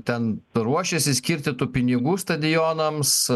ten ruošėsi skirti tų pinigų stadionams